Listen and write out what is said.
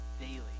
daily